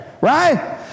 Right